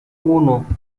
uno